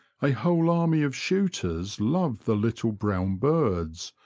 a whole army of shooters love the little brown birds,